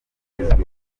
bigezweho